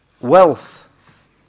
wealth